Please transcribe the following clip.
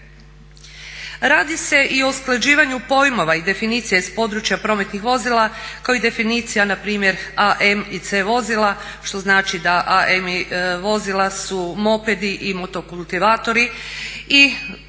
Radi se i o usklađivanju pojmova i definicija iz područja prometnih vozila kao i definicija npr. AM i C vozila što znači da AM vozila su mopedi i motokultivatori i